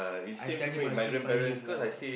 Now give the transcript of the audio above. I tell him ah still finding lah